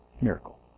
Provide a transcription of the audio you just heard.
Miracle